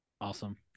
Awesome